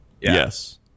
Yes